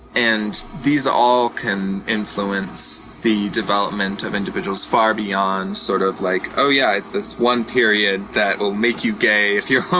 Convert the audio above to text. and these all can influence the development of individuals far beyond, sort of like oh yeah, it's this one period that will make you gay if your um